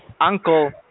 uncle